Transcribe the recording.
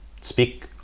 speak